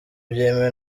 byemewe